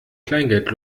kleingeld